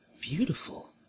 beautiful